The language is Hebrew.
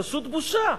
פשוט בושה.